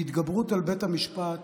והתגברות על בית המשפט